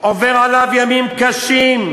עוברים עליו ימים קשים,